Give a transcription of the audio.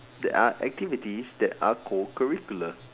that are activities that are co curricular